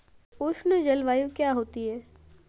उष्ण जलवायु क्या होती है?